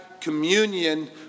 communion